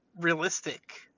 realistic